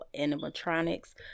animatronics